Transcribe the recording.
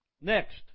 Next